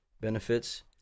benefits